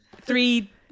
Three